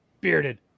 Bearded